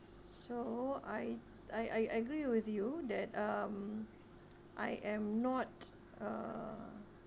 so I I I I agree with you that um I am not uh